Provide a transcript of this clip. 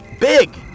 big